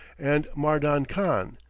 and mardan khan,